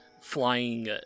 flying